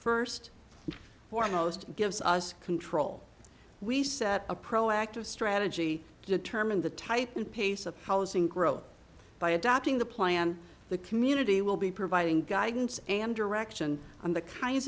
and foremost gives us control we set a proactive strategy determine the type and pace of housing growth by adopting the plan the community will be providing guidance and direction on the kinds